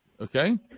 okay